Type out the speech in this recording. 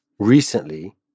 recently